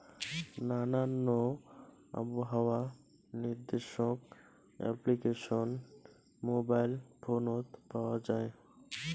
নানান আবহাওয়া নির্দেশক অ্যাপ্লিকেশন মোবাইল ফোনত পাওয়া যায়